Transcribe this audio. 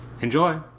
enjoy